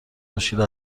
مشکل